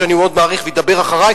שאני מאוד מעריך וידבר אחרי,